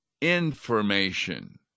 information